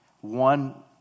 One